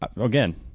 Again